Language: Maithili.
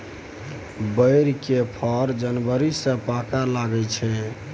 बैर केर फर जनबरी सँ पाकय लगै छै